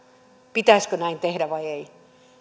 pitäisikö näin tehdä vai ei